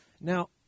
Now